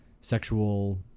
sexual